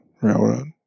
Railroad